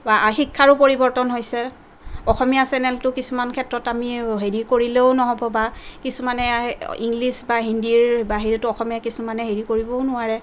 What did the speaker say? বা আৰু শিক্ষাৰো পৰিৱৰ্তন হৈছে অসমীয়া চেনেলটো কিছুমান ক্ষেত্ৰত আমি হেৰি কৰিলেও নহ'ব বা কিছুমানে ইংলিছ বা হিন্দীৰ বাহিৰেতো আসমীয়া কিছুমানে হেৰি কৰিবও নোৱাৰে